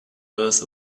earth